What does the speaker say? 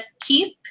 keep